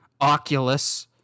Oculus